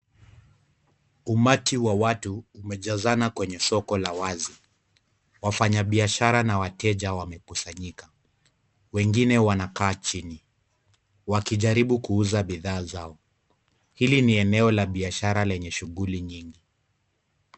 Umati wa watu umejazana kwenye soko la wazi. Wafanyabiashara na wateja wamekusanyika. Wengine wanakaa chini wakijaribu kuuza bidhaa zao. Hili ni eneo la biashara lenye shughuli nyingi.